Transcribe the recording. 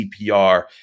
CPR